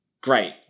great